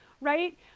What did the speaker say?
right